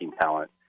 talent